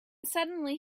suddenly